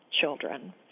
children